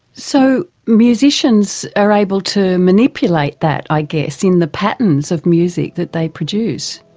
so musicians are able to manipulate that i guess in the patterns of music that they produce.